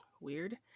weird